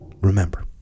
remember